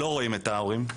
לא רואים את ההורים,